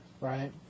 Right